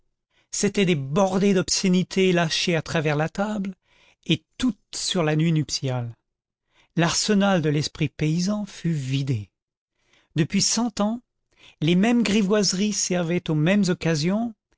c'étaient des bordées d'obscénités lâchées à travers la table et toutes sur la nuit nuptiale l'arsenal de l'esprit paysan fut vidé depuis cent ans les mêmes grivoiseries servaient aux mêmes occasions